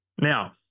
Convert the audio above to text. now